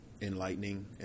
enlightening